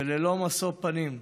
וללא משוא פנים.